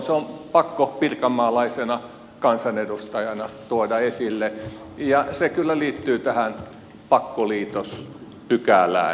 se on pakko pirkanmaalaisena kansanedustajana tuoda esille ja se kyllä liittyy tähän pakkoliitospykälään